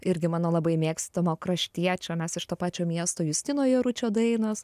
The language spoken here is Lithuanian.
irgi mano labai mėgstamo kraštiečio mes iš to pačio miesto justino jaručio dainos